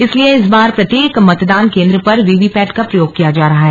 इसलिए इस बार प्रत्येक मतदान केंद्र पर वीवीपैट का प्रयोग किया जा रहा है